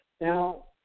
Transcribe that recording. Now